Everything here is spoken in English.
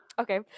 okay